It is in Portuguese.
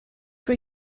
por